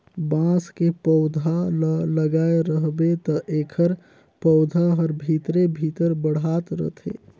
बांस के पउधा ल लगाए रहबे त एखर पउधा हर भीतरे भीतर बढ़ात रथे